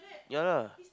ya lah